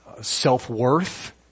self-worth